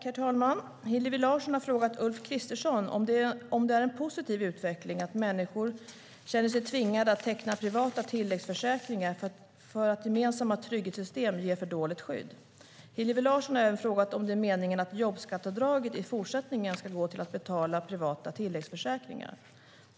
Herr talman! Hillevi Larsson har frågat Ulf Kristersson om det är en positiv utveckling att människor känner sig tvingade att teckna privata tilläggsförsäkringar för att gemensamma trygghetssystem ger för dåligt skydd. Hillevi Larsson har även frågat om det är meningen att jobbskatteavdraget i fortsättningen ska gå till att betala privata tilläggsförsäkringar.